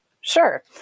Sure